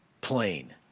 plain